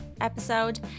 episode